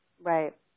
Right